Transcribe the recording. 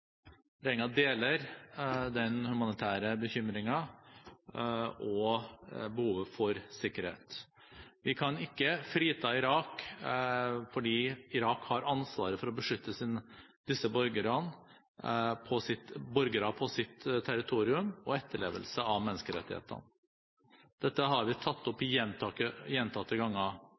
Regjeringen deler den humanitære bekymringen – og behovet for sikkerhet. Vi kan ikke frita Irak, for Irak har ansvaret for å beskytte borgere på sitt territorium og etterlevelse av menneskerettighetene. Dette har vi tatt opp gjentatte ganger, og det vil vi fortsette å gjenta, både bilateralt overfor Irak og også i